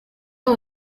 aho